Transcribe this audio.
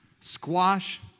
Squash